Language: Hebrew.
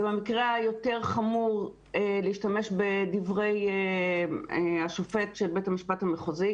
ובמקרה היותר חמור להשתמש בדברי השופט של בית המשפט המחוזי,